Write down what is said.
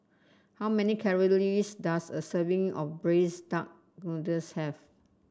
how many calories does a serving of Braised Duck Noodles have